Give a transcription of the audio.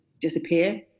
disappear